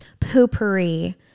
poopery